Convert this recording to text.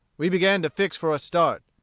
we began to fix for a start.